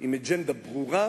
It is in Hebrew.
עם אג'נדה ברורה,